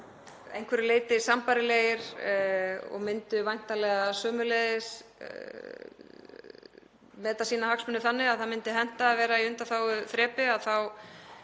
einhverju leyti sambærilegir og menn myndu væntanlega sömuleiðis meta sína hagsmuni þannig að það myndi henta að vera í undanþáguþrepi, þá